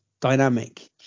dynamic